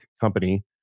company